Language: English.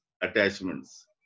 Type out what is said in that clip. attachments